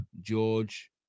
George